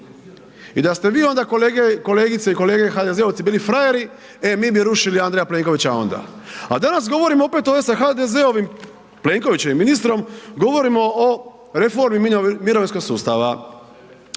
i da ste vi onda kolege, kolegice i kolege HDZ-ovci bili frajeri, e mi bi rušili Andreja Plenkovića onda, a danas govorimo opet ovdje sa HDZ-ovim, Plenkovićevim ministrom, govorimo o reformi mirovinskog sustava.